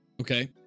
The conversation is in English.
Okay